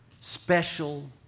special